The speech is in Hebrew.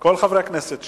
כל חברי הכנסת שפעילים,